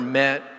met